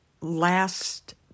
last